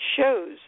shows